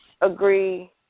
Agree